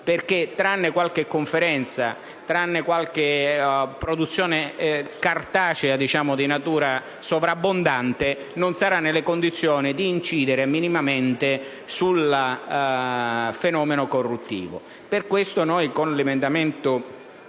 perché, tranne qualche conferenza e qualche produzione cartacea di natura sovrabbondante, non sarà nelle condizioni di incidere minimamente sul fenomeno corruttivo. Per tale ragione, con l'emendamento